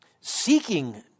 seeking